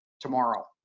tomorrow